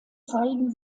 zeigen